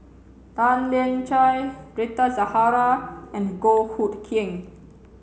Tan Lian Chye Rita Zahara and Goh Hood Keng